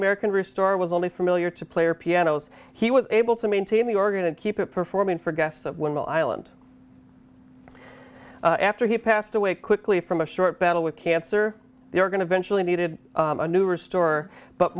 american restore was only familiar to player pianos he was able to maintain the organ and keep it performing for guests that will island after he passed away quickly from a short battle with cancer they are going to venture they needed a new restore but